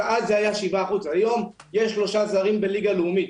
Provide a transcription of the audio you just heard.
אז זה היה 7%. היום יש שלושה זרים בליגה לאומית.